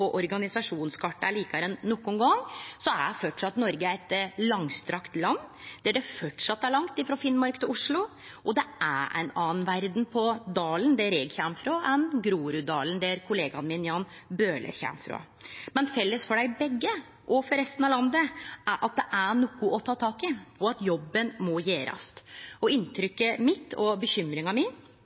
likare enn nokon gong, er Noreg framleis eit langstrekt land, der det framleis er langt frå Finnmark til Oslo. Og det er ei anna verd på Dalen, der eg kjem frå, enn i Groruddalen, der kollegaen min Jan Bøhler kjem frå. Men felles for dei begge og for resten av landet er at det er noko å ta tak i, og at jobben må gjerast. Inntrykket mitt og bekymringa